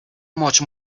much